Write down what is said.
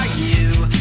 you